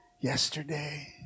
yesterday